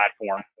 platform